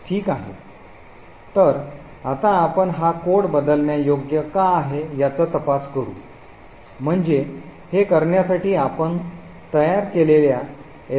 ठीक आहे तर आता आपण हा कोड बदलण्यायोग्य का आहे याचा तपास करू म्हणजे हे करण्यासाठी आपण तयार केलेल्या libmylib